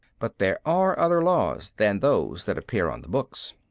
but there are other laws than those that appear on the books.